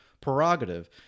prerogative